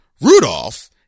Rudolph